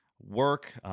work